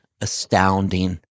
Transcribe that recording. astounding